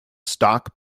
stock